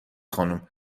خانم